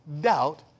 doubt